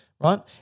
right